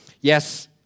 Yes